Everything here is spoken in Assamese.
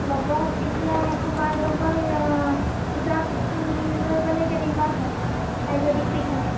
লগত এতিয়া তোমাৰ লগৰ পূজাক লৈ গ'লে কেনেকুৱা হয় তাই যদি ফ্ৰী থাকে